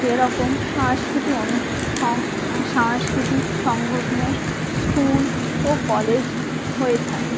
যেরকম সাংস্কৃতিক সাংস্কৃতিক সংগঠন স্কুল ও কলেজ হয়ে থাকে